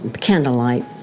candlelight